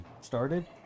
started